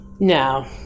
No